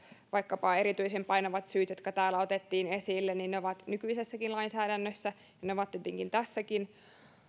vaikkapa erityisen painaviin syihin liittyen jotka täällä otettiin esille ovat nykyisessäkin lainsäädännössä ja ne ovat tietenkin tässäkin